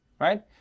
right